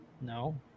No